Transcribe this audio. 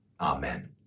amen